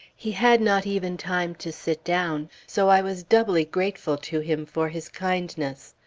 he had not even time to sit down so i was doubly grateful to him for his kindness.